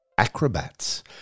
Acrobats